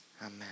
amen